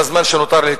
בזמן שנותר לי,